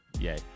yay